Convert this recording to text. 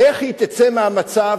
איך היא תצא מהמצב.